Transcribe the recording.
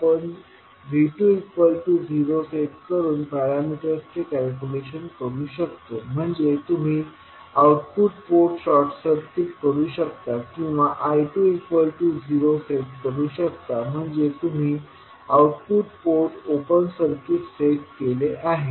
आपण V20 set करून पॅरामीटर्सचे कॅल्क्युलेशन करू शकतो म्हणजे तुम्ही आउटपुट पोर्ट शॉर्ट सर्किट करू शकता किंवा I2 0 सेट करू शकता म्हणजे तुम्ही output port open circuit set केले आहे